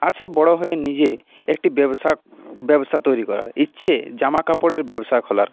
আছে বড় হয়ে নিজের একটি ব্যবসা ব্যবসা তৈরি করার ইচ্ছে জামাকাপড়ের ব্যবসা খোলার